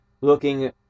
looking